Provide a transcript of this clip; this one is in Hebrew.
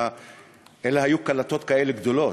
אלה היו קלטות כאלה גדולות,